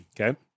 Okay